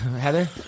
Heather